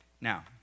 Now